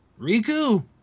Riku